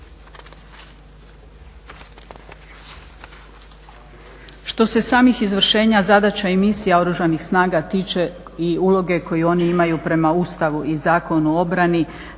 Što se samih izvršenja zadaća i misija Oružanih snaga tiče i uloge koju oni imaju prema Ustavu i Zakonu o obrani